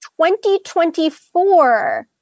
2024